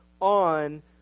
on